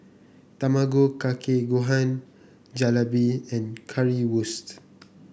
Tamago Kake Gohan Jalebi and Currywurst